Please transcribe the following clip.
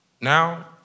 Now